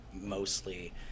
mostly